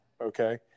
okay